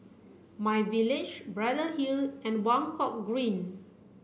My Village Braddell Hill and Buangkok Green